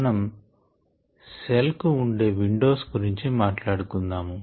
మనం సెల్ కు ఉండే విండోస్ గురించి మాట్లాడుకుందాము